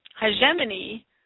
hegemony